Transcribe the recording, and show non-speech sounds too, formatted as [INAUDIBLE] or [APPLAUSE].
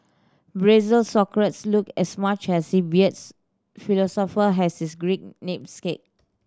Brazil's Socrates looked as much as [UNINTELLIGIBLE] philosopher has his Greek name [UNINTELLIGIBLE]